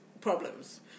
problems